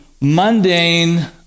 mundane